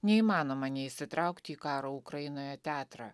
neįmanoma neįsitraukti į karo ukrainoje teatrą